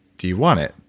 do you want it?